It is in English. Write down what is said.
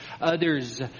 others